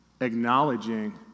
acknowledging